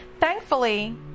thankfully